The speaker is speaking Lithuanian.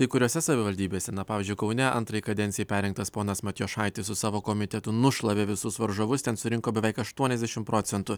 kai kuriose savivaldybėse na pavyzdžiui kaune antrai kadencijai perrinktas ponas matijošaitis su savo komitetu nušlavė visus varžovus ten surinko beveik aštuoniasdešimt procentų